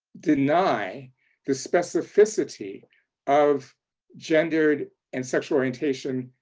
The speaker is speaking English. deny the specificity of gendered and sexual orientation,